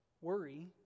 Worry